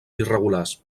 irregulars